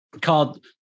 called